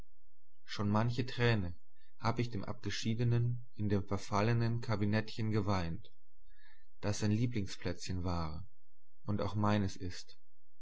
schon manche träne hab ich dem abgeschiedenen in dem verfallenen kabinettchen geweint das sein lieblingsplätzchen war und auch meines ist